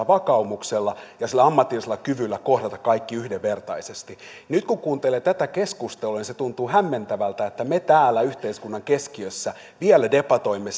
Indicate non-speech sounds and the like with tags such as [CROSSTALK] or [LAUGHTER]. [UNINTELLIGIBLE] vakaumuksella ja sillä ammatillisella kyvyllä kohdata kaikki yhdenvertaisesti nyt kun kuuntelee tätä keskustelua niin tuntuu hämmentävältä että me täällä yhteiskunnan keskiössä vielä debatoimme [UNINTELLIGIBLE]